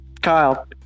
Kyle